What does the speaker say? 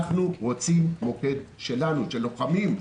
אנחנו רוצים מוקד שלנו, של לוחמים.